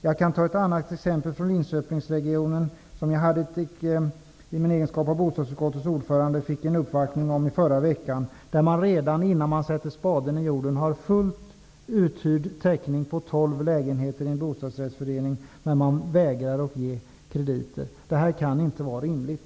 Jag kan nämna ett annat exempel från Linköpingsregionen som jag i min egenskap som bostadsutskottets ordförande fick reda på i förra veckan. Redan innan man sätter spaden i jorden har man full täckning för tolv lägenheter i en bostadsrättsförening, men bankerna vägrar att ge krediter. Det kan inte vara rimligt.